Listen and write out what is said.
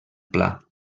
pla